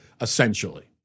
essentially